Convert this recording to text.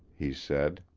he said,